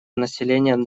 население